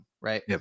right